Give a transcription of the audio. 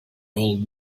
old